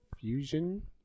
Fusion